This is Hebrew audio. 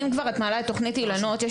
את מעלה את תוכנית אילנות,